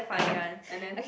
ah and then